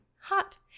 hot